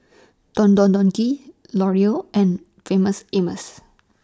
Don Don Donki L'Oreal and Famous Amos